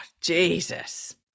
Jesus